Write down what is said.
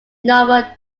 novel